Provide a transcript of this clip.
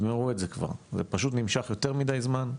תגמרו את זה כבר, זה פשוט נמשך יותר מידי זמן,